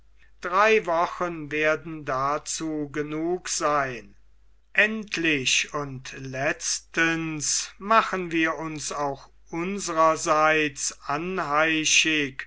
drei wochen werden dazu genug sein endlich und letztens machen wir uns auch unsrerseits